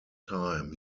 time